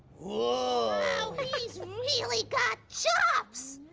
wow he's really got chops.